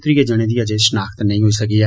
त्रिये जने दी अजे शनाख्त नेई होई सकी ऐ